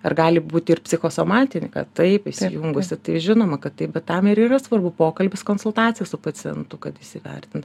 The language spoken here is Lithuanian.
ar gali būti ir psichosomatinį kad taip įsijungusi tai žinoma kad taip bet tam yra svarbu pokalbis konsultacija su pacientu kad įsivertint